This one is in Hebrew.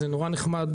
זה נורא נחמד,